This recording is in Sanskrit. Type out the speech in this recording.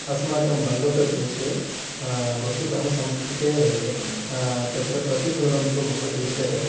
अस्माकं बङ्गप्रदेशे वस्तुतः संस्कृतेः तत्र प्रतिफलनं तु बहु दृश्यते